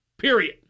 period